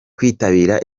kwitabira